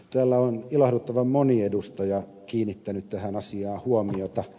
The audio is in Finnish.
täällä on ilahduttavan moni edustaja kiinnittänyt tähän asiaan huomiota